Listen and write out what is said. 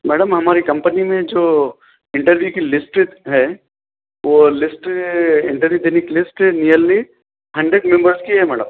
madam ہماری company میں جو انٹرویو کی لسٹ ہے وہ لسٹ انٹرویو دینے کی لسٹ نیرلی ہنڈریڈ ممبرس کی ہے میڈم